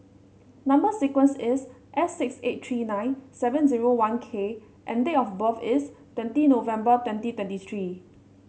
number sequence is S six eight three nine seven zero one K and date of birth is twenty November twenty twentieth three